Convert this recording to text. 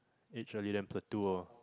age early then plateau lah